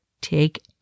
Take